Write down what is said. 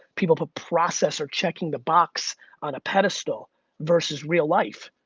people put process or checking the box on a pedestal versus real life.